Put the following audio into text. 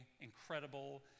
incredible